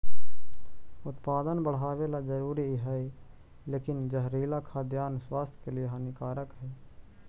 उत्पादन बढ़ावेला जरूरी हइ लेकिन जहरीला खाद्यान्न स्वास्थ्य के लिए हानिकारक हइ